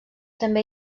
també